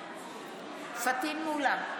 נגד פטין מולא,